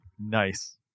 Nice